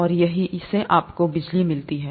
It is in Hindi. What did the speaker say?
और यही से आपको बिजली मिलती है